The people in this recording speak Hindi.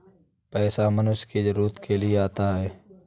पैसा मनुष्य की जरूरत के लिए आता है